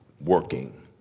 working